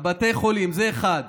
בתי החולים, זה אחד.